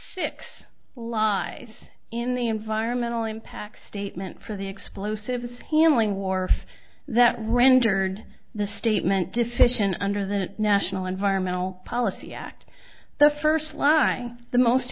six lies in the environmental impact statement for the explosives handling wharfs that rendered the statement deficient under the national environmental policy act the first line the most